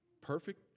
Perfect